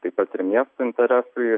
taip pat ir miesto interesui